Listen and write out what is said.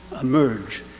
emerge